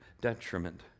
detriment